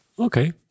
okay